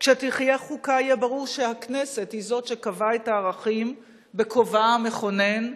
כשתהיה חוקה יהיה ברור שהכנסת היא זאת שקבעה את הערכים בכובעה המכונן,